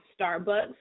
Starbucks